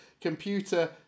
Computer